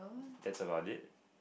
that's about it